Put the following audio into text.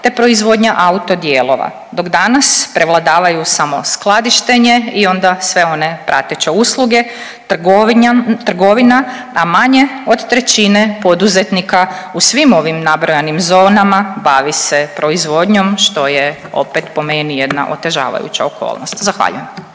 te proizvodnja autodijelova. Dok danas prevladavaju samo skladištenje i onda sve one prateće usluge. Trgovina na manje od trećine poduzetnika u svim ovim nabrojanim zonama bavi se proizvodnjom što je opet po meni jedna otežavajuća okolnost. Zahvaljujem.